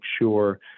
sure